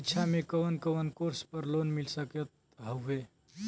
शिक्षा मे कवन कवन कोर्स पर लोन मिल सकत हउवे?